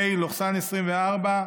פ/2851/24,